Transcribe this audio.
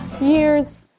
years